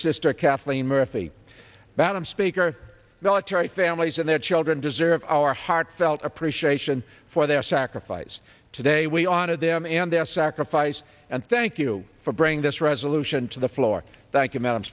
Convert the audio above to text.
sister kathleen murphy bottom speaker military families and their children deserve our heartfelt appreciation for their sacrifice today we honor them and their sacrifice and thank you for bringing this resolution to the floor tha